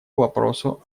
вопросу